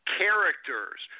characters